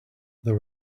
there